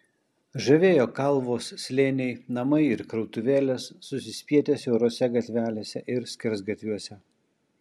žavėjo kalvos slėniai namai ir krautuvėlės susispietę siaurose gatvelėse ir skersgatviuose